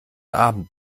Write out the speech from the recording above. abend